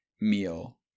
meal